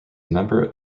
member